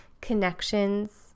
connections